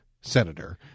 senator